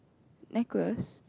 necklace